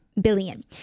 billion